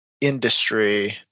industry